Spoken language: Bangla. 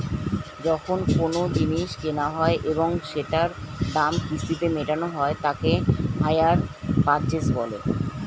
যখন কোনো জিনিস কেনা হয় এবং সেটার দাম কিস্তিতে মেটানো হয় তাকে হাইয়ার পারচেস বলে